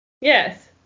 Yes